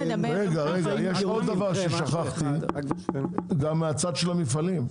גם מהצד של המפעלים,